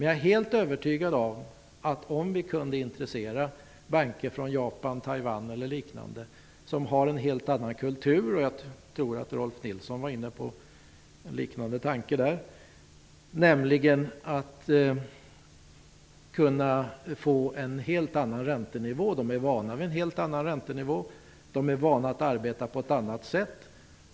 Jag är helt övertygad om att om vi, om vi kunde intressera banker från Japan, Taiwan osv. som har en helt annan kultur -- jag tror att Rolf L Nilson var inne på en liknande tanke -- skulle kunna få en helt annan räntenivå. Man är ju van vid en helt annan räntenivå och vid att arbeta på ett helt annat sätt.